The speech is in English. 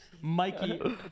Mikey